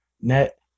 net